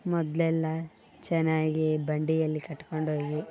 ಮೊದಲೆಲ್ಲಾ ಚೆನ್ನಾಗಿ ಬಂಡಿಯಲ್ಲಿ ಕಟ್ಕೊಂಡು ಹೋಗಿ